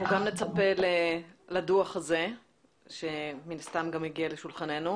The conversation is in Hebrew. אנחנו גם נצפה לדוח הזה שמן הסתם גם יגיע לשולחננו.